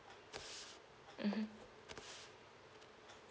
mmhmm